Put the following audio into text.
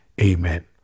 Amen